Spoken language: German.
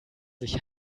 sich